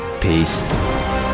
Peace